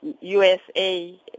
USA